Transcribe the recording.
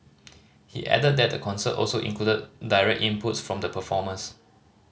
he added that the concert also included direct inputs from the performers